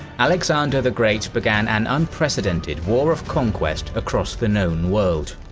alexander the great began an unprecedented war of conquest across the known world.